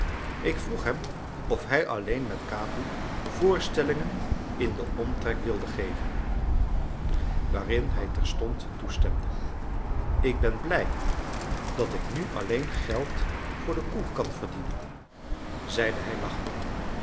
ik vroeg hem of hij alleen met capi voorstellingen in den omtrek wilde geven waarin hij terstond toestemde ik ben blij dat ik nu alleen geld voor de koe kan verdienen zeide hij lachende